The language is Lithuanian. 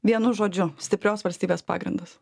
vienu žodžiu stiprios valstybės pagrindas